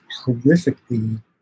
horrifically